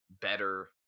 better